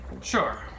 Sure